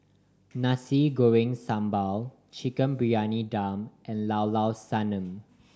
Nasi Goreng Sambal Chicken Briyani Dum and Llao Llao Sanum